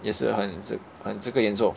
也是很很这个严重